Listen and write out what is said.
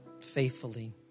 faithfully